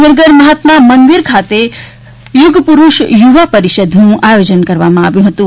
ગાંધીનગર મહાત્મા મંદિર ખાતે યુગ પુરૂષ યુવા પરિષદનું આયોજન કરવામાં આવ્યુ હતુ